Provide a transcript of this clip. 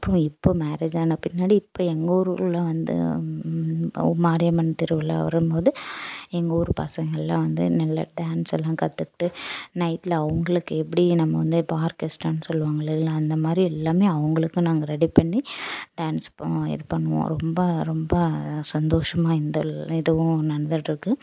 அப்புறம் இப்போ மேரேஜ் ஆன பின்னாடி இப்போ எங்கள் ஊரில் வந்து மாரியம்மன் திருவிழா வரும் போது எங்கள் ஊர் பசங்களாம் வந்து நல்ல டான்ஸெல்லாம் கற்றுக்கிட்டு நைட்டில் அவங்களுக்கு எப்படி நம்ம வந்து இப்போ ஆர்கெஸ்டானு சொல்லுவாங்க இல்லைங்களா அந்தமாதிரி எல்லாமே அவங்களுக்கும் நாங்கள் ரெடி பண்ணி டான்ஸ் இது பண்ணுவோம் ரொம்ப ரொம்ப சந்தோஷமாக இந்த இதுவும் நடந்துகிட்டு இருக்குது